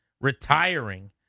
retiring